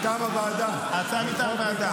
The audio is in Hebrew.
ההצעה מטעם הוועדה.